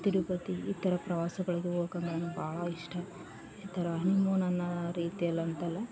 ತಿರುಪತಿ ಈ ಥರ ಪ್ರವಾಸಗಳಿಗೆ ಹೋಗೋಕ್ಕೆ ನನ್ಗೆ ಭಾಳ ಇಷ್ಟ ಈ ಥರ ಹನಿಮೂನ್ ಅನ್ನೋ ರೀತಿಯಲ್ಲಿ ಅಂತಲ್ಲ